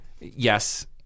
Yes